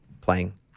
playing